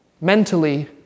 mentally